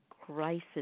crisis